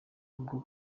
bwo